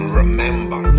remember